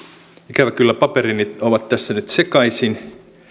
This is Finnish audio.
ikävä kyllä paperini ovat tässä nyt sekaisin